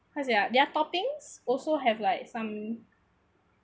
how to say ah their toppings also have like some